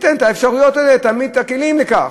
תיתן את האפשרויות האלה, תעמיד את הכלים לכך.